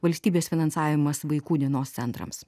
valstybės finansavimas vaikų dienos centrams